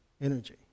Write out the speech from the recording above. energy